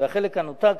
החלק הנותר,